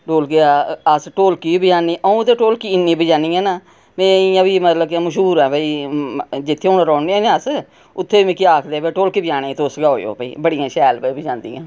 ढोलकी अस ढोलकी बी बजानें अऊं ते ढोलकी इन्नी बजानी आं न ते इयां बी मतलब मश्हूर आं अस जित्थे हून रौह्न् आं ना अस उत्थै मिगी आखदे के भई ढोलकी बजाने गी तुस गै ओह् बड़ियां शैल भई बजादियां